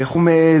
איך הוא מעז?